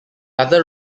other